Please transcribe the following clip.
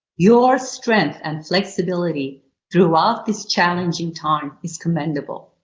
your strength and flexibility throughout this challenging time is commendable.